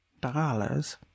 Dollars